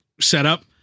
setup